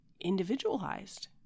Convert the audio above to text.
individualized